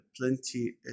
plenty